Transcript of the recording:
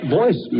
voice